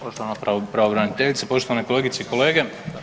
Poštovana pravobraniteljice, poštovane kolegice i kolege.